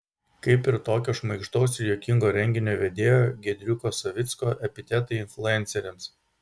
kaip ir tokio šmaikštaus ir juokingo renginio vedėjo giedriuko savicko epitetai influenceriams